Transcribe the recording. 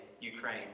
Ukraine